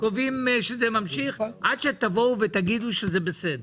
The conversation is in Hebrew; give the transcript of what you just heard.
קובעים שזה ממשיך עד שתבואו ותגידו שזה בסדר.